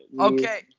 Okay